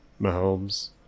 Mahomes